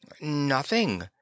Nothing